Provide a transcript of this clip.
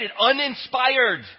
uninspired